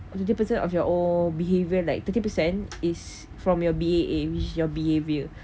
thirty percent of your overall behaviour like thirty percent is from your B_A_H your behaviour